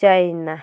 China